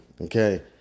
Okay